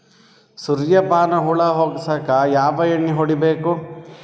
ಸುರ್ಯಪಾನ ಹುಳ ಹೊಗಸಕ ಯಾವ ಎಣ್ಣೆ ಹೊಡಿಬೇಕು?